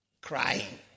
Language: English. crying